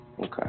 okay